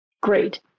Great